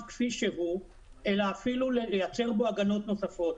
כפי שהוא אלא אפילו לייצר בו הגנות נוספות.